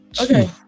okay